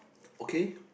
okay